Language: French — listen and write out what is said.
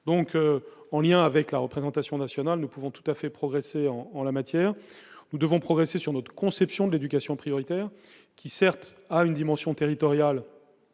donc en lien avec la représentation nationale, nous pouvons tout à fait progresser en en la matière, nous devons progresser sur notre conception de l'éducation prioritaire, qui certes à une dimension territoriale